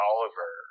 Oliver